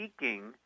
seeking